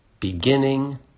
beginning